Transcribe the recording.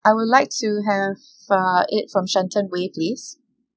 I would like to have uh eight from shenton way please